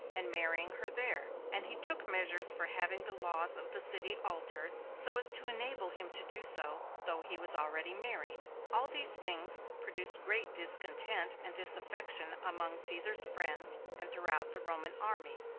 and marrying her there and he took measures for having the laws of the city altered so as to enable him to do so, though he was already married. all these things produced great discontent and disaffection among caesar's friends and throughout the roman army.